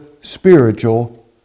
spiritual